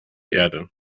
erde